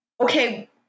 okay